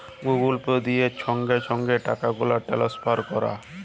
Google Pay দিয়ে সংগে সংগে টাকাগুলা টেলেসফার ক্যরা